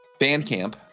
Bandcamp